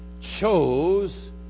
chose